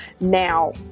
Now